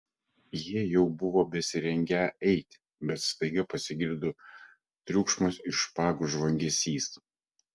jie jau buvo besirengią eiti bet staiga pasigirdo triukšmas ir špagų žvangesys